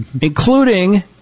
Including